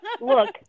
look